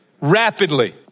rapidly